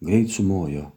greit sumojo